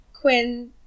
quinn